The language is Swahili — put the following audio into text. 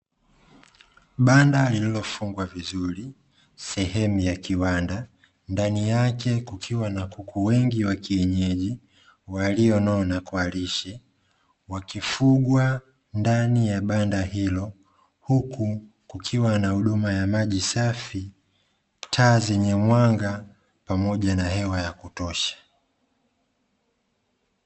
Banda lililofungwa vizuri sehemu ya kiwanda, ndani yake kukiwa na kuku wengi wa kienyeji walionona kwa lishe, wakifugwa ndani ya banda hilo, huku kukiwa na huduma ya maji safi, taa zenye mwanga, pamoja na hewa ya kutosha.